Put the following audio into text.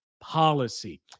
policy